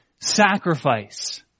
sacrifice